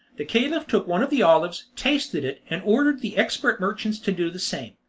the caliph took one of the olives, tasted it, and ordered the expert merchants to do the same.